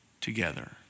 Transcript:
together